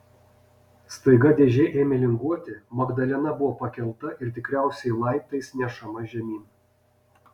staiga dėžė ėmė linguoti magdalena buvo pakelta ir tikriausiai laiptais nešama žemyn